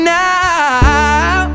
now